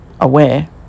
aware